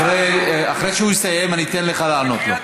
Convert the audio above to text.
אחרי שהוא יסיים אני אתן לך לענות לו.